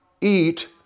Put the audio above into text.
eat